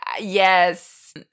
Yes